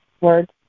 word